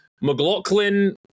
McLaughlin